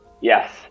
yes